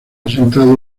sentado